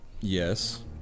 Yes